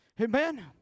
Amen